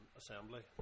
assembly